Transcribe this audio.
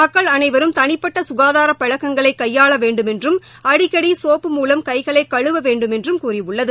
மக்கள் அனைவரும் தனிப்பட்ட சுகாதார பழக்கங்களை கையாள வேண்டுமென்றும் அடிக்கடி சோப்பு மூலம் கைகளை கழுவ வேண்டும் என்றும் கூறியுள்ளது